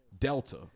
Delta